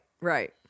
Right